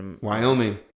Wyoming